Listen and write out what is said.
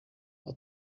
are